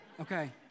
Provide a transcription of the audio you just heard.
Okay